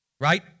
right